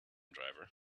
driver